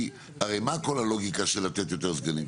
כי הרי מה כל הלוגיקה של לתת יותר סגנים?